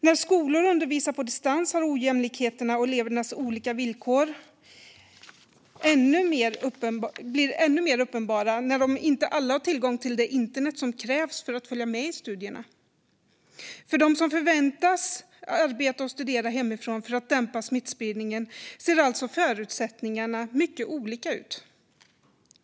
När skolor undervisar på distans blir ojämlikheten och elevernas olika villkor ännu mer uppenbara när inte alla har tillgång till det internet som krävs för att följa med i studierna. För dem som förväntas arbeta och studera hemifrån för att dämpa smittspridningen ser alltså förutsättningarna mycket olika ut.